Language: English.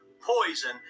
poison